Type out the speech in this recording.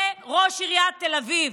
זה ראש עיריית תל אביב,